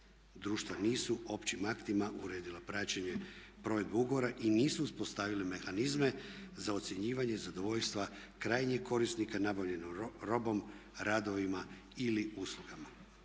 Društva nisu općim aktima uredila praćenje provedbe ugovora i nisu uspostavili mehanizme za ocjenjivanje zadovoljstva krajnjeg korisnika nabavljenom robom, radovima ili uslugama.